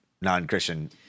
non-Christian